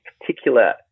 particular